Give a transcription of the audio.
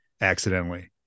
accidentally